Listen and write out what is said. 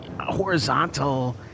horizontal